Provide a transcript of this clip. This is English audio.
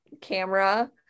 camera